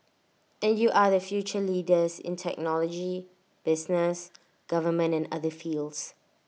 and you are the future leaders in technology business government and other fields